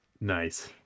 Nice